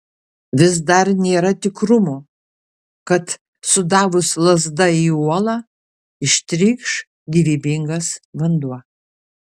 vis dar nėra tikrumo kad sudavus lazda į uolą ištrykš gyvybingas vanduo